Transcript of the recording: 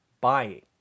buying